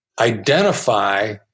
identify